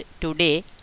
today